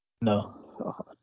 No